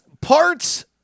parts